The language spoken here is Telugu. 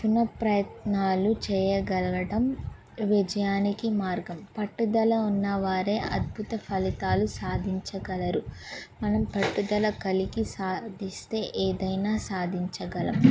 పునః ప్రయత్నాలు చేయగలగటం విజయానికి మార్గం పట్టుదల ఉన్న వారే అద్భుత ఫలితాలు సాధించగలరు మనం పట్టుదల కలిగి సాధిస్తే ఏదైనా సాధించగలం